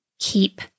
keep